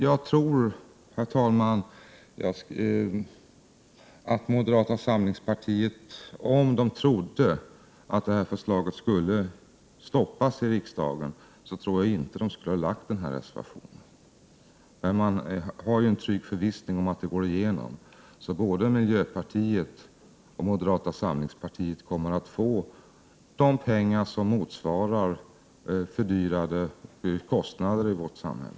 Jag tror, herr talman, att moderata samlingspartietinte skulle ha framlagt denna reservation om man trott att förslaget skulle stoppas i riksdagen. Men nu har man en trygg förvissning om att förslaget går igenom. Både miljöpartiet och moderata samlingspartiet kommer att få de pengar som motsvarar ökade kostnader i vårt samhälle.